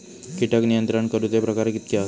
कीटक नियंत्रण करूचे प्रकार कितके हत?